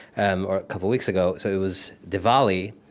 um or a couple weeks ago. so it was diwali,